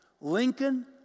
Lincoln